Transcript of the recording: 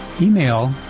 email